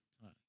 time